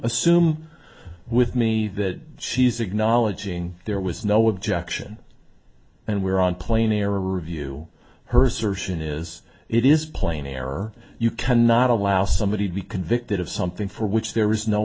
assume with me that she's acknowledging there was no objection and we're on plain air review her surgeon is it is plain error you cannot allow somebody to be convicted of something for which there was no